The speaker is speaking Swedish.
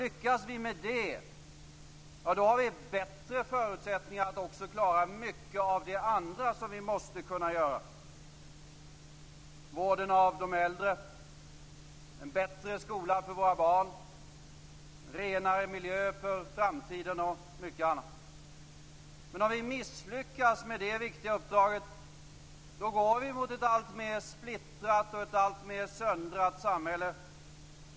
Lyckas vi med det, har vi bättre förutsättningar att klara mycket av det andra som vi måste kunna klara, dvs. vården av de äldre, en bättre skola för våra barn, renare miljö för framtiden och mycket annat. Om vi misslyckas med det viktiga uppdraget, går vi mot ett alltmer splittrat och söndrat samhälle.